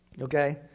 Okay